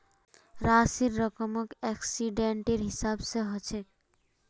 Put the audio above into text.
राशिर रकम एक्सीडेंटेर हिसाबे हछेक